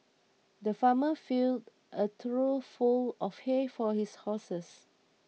the farmer filled a trough full of hay for his horses